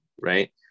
right